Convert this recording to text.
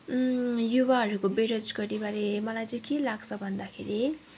युवाहरूको बेरोजगारीबारे मलाई चाहिँ के लाग्छ भन्दाखेरि